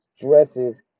dresses